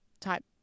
type